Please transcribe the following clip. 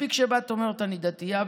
מספיק שבת אומרת שהיא דתייה,